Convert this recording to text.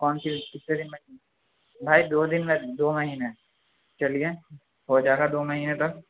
کون سی کتنے دن میں بھائی دو دن میں دو مہینے چلیے ہو جائے گا دو مہینے تک